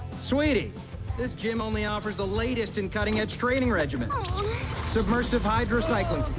sweetie this gym only offers the latest in cutting-edge training regimen subversive hydra cyclin